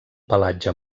pelatge